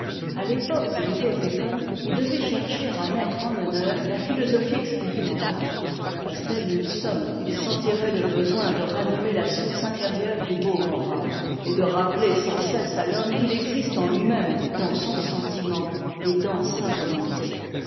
à l'époque où vivait bacon il devait chercher à mettre en honneur la philosophie expérimentale à celle où nous sommes il sentirait le besoin de ranimer la source intérieure du beau moral et de rappeler sans cesse à l'homme qu'il existe en tui même dans son sentiment et dans sa volonté